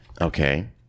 Okay